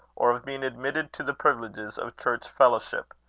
or of being admitted to the privileges of church-fellowship.